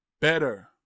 better